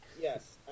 Yes